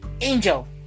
angel